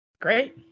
Great